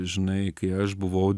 žinai kai aš buvau